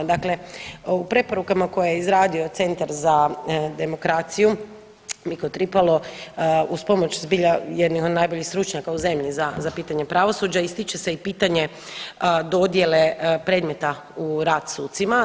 Dakle, u preporukama koje je izradio Centar za demokraciju Miko Tripalo uz pomoć zbilja jednih od najboljih stručnjaka u zemlji za pitanje pravosuđa ističe se i pitanje dodjele predmeta u rad sucima.